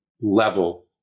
level